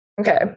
Okay